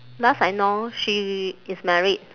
last I know she is married